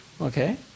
Okay